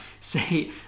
say